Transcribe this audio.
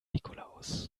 nikolaus